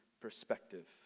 perspective